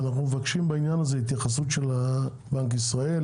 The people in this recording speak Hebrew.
אנחנו מבקשים בעניין הזה התייחסות של בנק ישראל,